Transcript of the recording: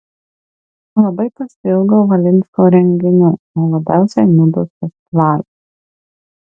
labai pasiilgau valinsko renginių o labiausiai nidos festivalio